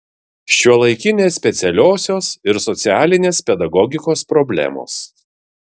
šiuolaikinės specialiosios ir socialinės pedagogikos problemos